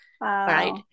right